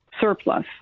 surplus